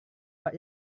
pak